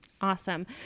Awesome